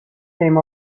came